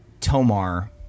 Tomar